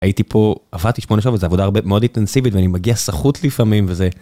הייתי פה, עבדתי שמונה שעות וזה עבודה מאוד אינטנסיבית ואני מגיע סחוט לפעמים וזה..